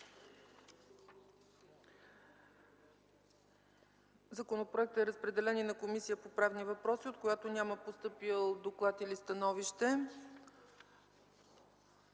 Законопроектът е разпределен и на Комисията по правни въпроси, от която няма постъпил доклад или становище.